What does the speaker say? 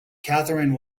catherine